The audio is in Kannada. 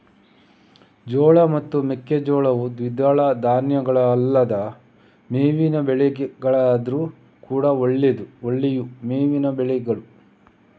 ಜೋಳ ಮತ್ತು ಮೆಕ್ಕೆಜೋಳವು ದ್ವಿದಳ ಧಾನ್ಯಗಳಲ್ಲದ ಮೇವಿನ ಬೆಳೆಗಳಾದ್ರೂ ಕೂಡಾ ಒಳ್ಳೆಯ ಮೇವಿನ ಬೆಳೆಗಳು